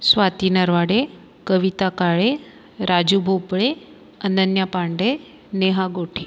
Swati Narwade Kavita Kale Raju Bhople Ananya Pandey Neha Gothe